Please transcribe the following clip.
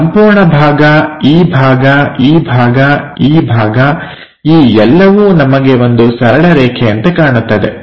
ಈ ಸಂಪೂರ್ಣ ಭಾಗ ಈ ಭಾಗ ಈ ಭಾಗ ಈ ಭಾಗ ಈ ಎಲ್ಲವೂ ನಮಗೆ ಒಂದು ಸರಳ ರೇಖೆಯಂತೆ ಕಾಣುತ್ತದೆ